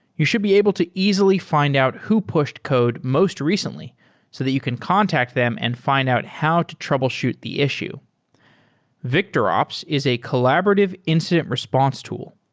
you should be able to easily fi nd out who pushed code most recently so that you can contact them and fi nd out how to troubleshoot the issue victorops is a collaborative incident response tool.